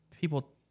people